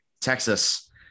Texas